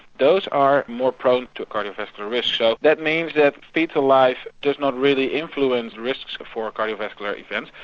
those are more prone to cardiovascular risk. so that means that foetal life does not really influence risks for cardiovascular events,